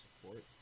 support